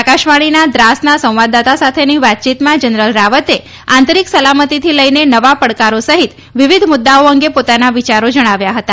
આકાશવાણીના દ્રાસના સંવાદદાતા સાથેની વાતચીતમાં જનરલ રાવતે આંતરિક સલામતીથી લઈને નવા પડકારો સહિત વિવિધ મુદ્દાઓ અંગે પોતાના વિચારો જણાવ્યા હતા